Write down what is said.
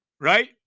right